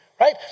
Right